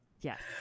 Yes